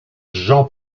jean